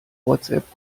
whatsapp